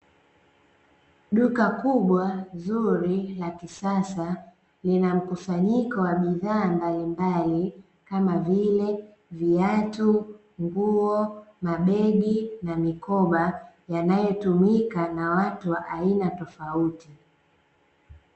Duka kubwa zuri la kisasa, linamkusanyiko wa bidhaa mbalimbali kama vile: viatu, nguo, mabegi na mikoba; yanayotumika na watu wa aina tofauti.